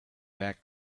that